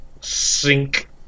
Sink